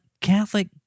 Catholic